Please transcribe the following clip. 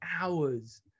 hours